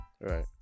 Right